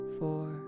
four